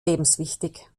lebenswichtig